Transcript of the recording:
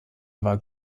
war